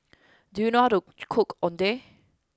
do you know how to cook Oden